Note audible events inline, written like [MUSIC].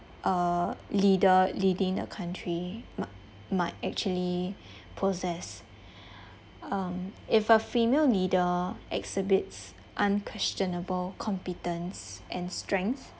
a leader leading a country mi~ might actually [BREATH] possess [BREATH] um if a female leader exhibits unquestionable competence and strength